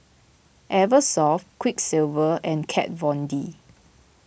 Eversoft Quiksilver and Kat Von D